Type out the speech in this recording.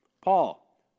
Paul